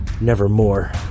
nevermore